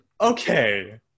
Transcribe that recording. okay